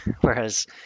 Whereas